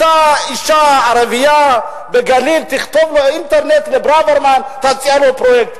אותה אשה ערבייה בגליל תכתוב באינטרנט לברוורמן ותציע לו פרויקט.